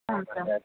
ಹ್ಞೂ ಸರ್